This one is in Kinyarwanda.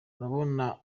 urabona